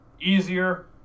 easier